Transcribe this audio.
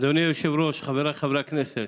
אדוני היושב-ראש, חבריי חברי הכנסת,